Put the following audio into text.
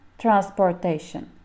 transportation